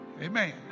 Amen